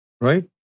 right